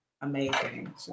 amazing